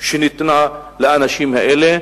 שניתנה לאנשים האלה,